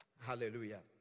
Hallelujah